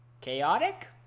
chaotic